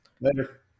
Later